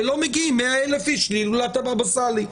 ולא מגיעים 100,000 אנשים להילולת הבאבא סאלי.